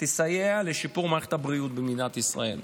יסייע לשיפור מערכת הבריאות במדינת ישראל.